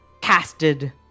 casted